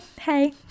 Hey